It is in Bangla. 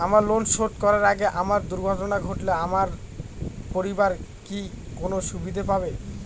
আমার ঋণ শোধ করার আগে আমার দুর্ঘটনা ঘটলে আমার পরিবার কি কোনো সুবিধে পাবে?